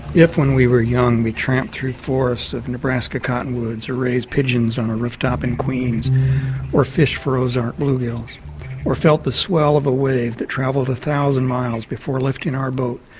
if when we were young we tramped through forests of nebraska cottonwoods or raised pigeons on a rooftop in queens or fished for ozark bluegills or felt the swell of a wave that travelled a thousand miles before lifting our boat,